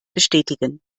bestätigen